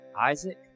Isaac